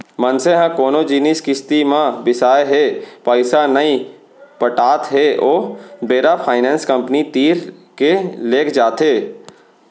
मनसे ह कोनो जिनिस किस्ती म बिसाय हे पइसा नइ पटात हे ओ बेरा फायनेंस कंपनी तीर के लेग जाथे